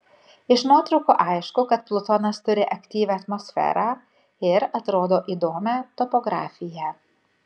iš nuotraukų aišku kad plutonas turi aktyvią atmosferą ir atrodo įdomią topografiją